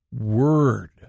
word